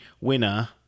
winner